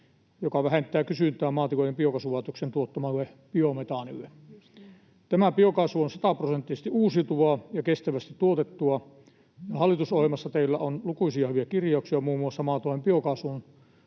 mikä vähentää kysyntää maatilojen biokaasulaitoksien tuottamalle biometaanille. Tämä biokaasu on sataprosenttisesti uusiutuvaa ja kestävästi tuotettua. Hallitusohjelmassa teillä on lukuisia hyviä kirjauksia muun muassa maatilojen biokaasun